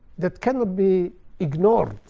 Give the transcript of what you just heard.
that cannot be ignored.